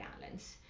balance